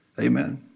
Amen